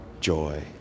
joy